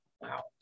Wow